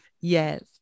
yes